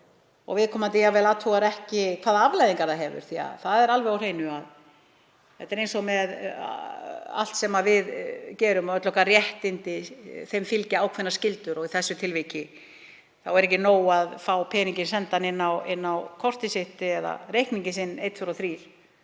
Viðkomandi athugar jafnvel ekki hvaða afleiðingar það hefur. Það er alveg á hreinu að þetta er eins og með allt sem við gerum og öll okkar réttindi, þeim fylgja ákveðnar skyldur. Í þessu tilviki er ekki nóg að fá peninginn sendan inn á kortið sitt eða reikninginn sinn, einn,